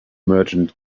merchant